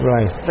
Right